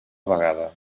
vegada